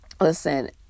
listen